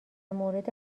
مورد